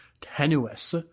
tenuous